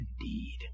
indeed